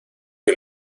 que